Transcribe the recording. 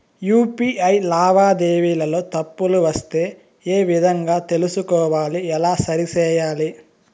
UPI లావాదేవీలలో తప్పులు వస్తే ఏ విధంగా తెలుసుకోవాలి? ఎలా సరిసేయాలి?